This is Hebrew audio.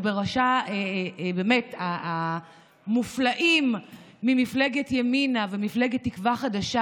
ובראשה המופלאים ממפלגת ימינה וממפלגת תקווה חדשה,